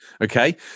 Okay